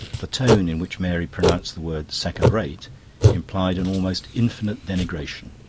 the tone in which mary pronounced the word second-rate implied an almost infinite denigration.